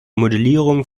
modellierung